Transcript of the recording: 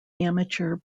amateur